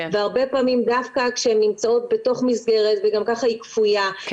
והרבה פעמים דווקא כשהן נמצאות בתוך מסגרת וגם כך היא כפויה,